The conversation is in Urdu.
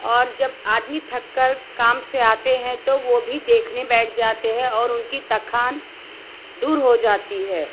اور جب آدمی تھک کر کام سے آتے ہیں تو وہ بھی دیکھنے بیٹھ جاتے ہے ان کی تکھان دور ہو جاتی ہے